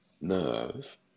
nerve